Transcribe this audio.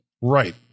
Right